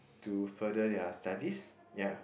to further their studies ya